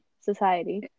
society